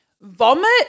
Vomit